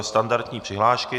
Standardní přihlášky.